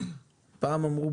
פעם אמרו,